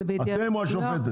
אתם, או השופטת?